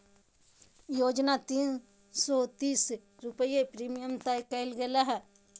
योजना तीन सो तीस रुपये प्रीमियम तय करल गेले हइ